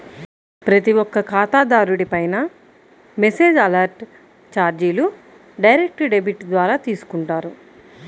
ప్రతి ఒక్క ఖాతాదారుడిపైనా మెసేజ్ అలర్ట్ చార్జీలు డైరెక్ట్ డెబిట్ ద్వారా తీసుకుంటారు